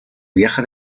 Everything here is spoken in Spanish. vieja